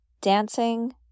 dancing